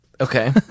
Okay